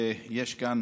ויש כאן